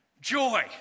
joy